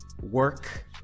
work